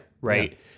Right